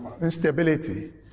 instability